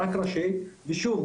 ושוב,